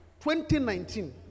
2019